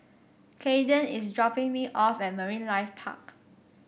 Kaeden is dropping me off at Marine Life Park